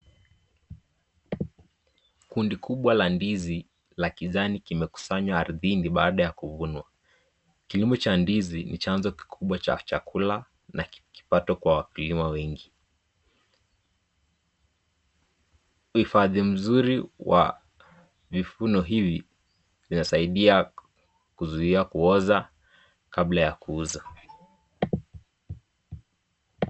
Kundi kubwa la ndizi la kijani kimekusanywa ardhini baada ya kuvunwa. Kilimo cha ndizi ni chanzo kikubwa cha chakula na kipato kwa wakulima wengi. Uhifadhi mzuri wa vifuno hivi inasaidia kuzuia kuoza kabla ya kuuza.